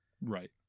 Right